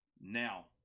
now